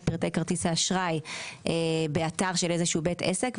פרטי כרטיס האשראי באתר של איזשהו בית עסק,